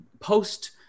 post